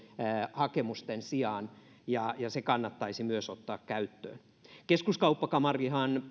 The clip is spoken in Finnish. hakemusten sijaan ja se kannattaisi myös ottaa käyttöön keskuskauppakamarihan